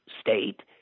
state